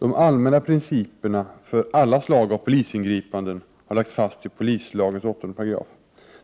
De allmänna principerna för alla slag av polisingripanden har lagts fast i polislagens 8 §.